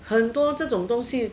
很多这种东西